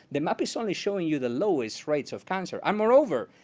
the map is only showing you the lowest rates of cancer. um moreover,